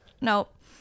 nope